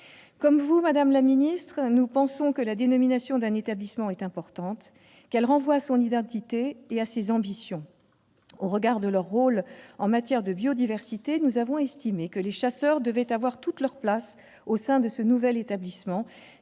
Comme vous, madame la secrétaire d'État, nous pensons que la dénomination d'un établissement est importante, qu'elle renvoie à son identité et à ses ambitions. Au regard de leur rôle en matière de biodiversité, nous avons estimé que les chasseurs devaient avoir toute leur place au sein de ce nouvel établissement.